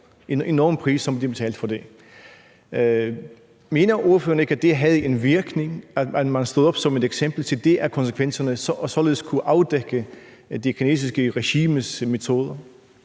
en enorm pris, de betalte for det. Mener ordføreren ikke, at det havde en virkning, at man stod op som et eksempel og viste, hvad konsekvenserne var, og således kunne afdække det kinesiske regimes metoder?